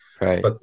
right